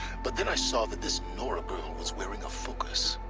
but then i saw that this nora girl was wearing a focus.